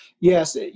Yes